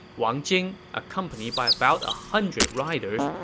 wang jing, accompanied by about a hundred riders,